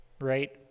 right